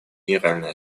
генеральной